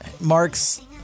Mark's